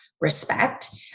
respect